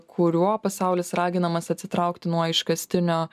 kuriuo pasaulis raginamas atsitraukti nuo iškastinio